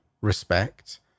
respect